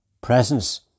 presence